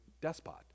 despot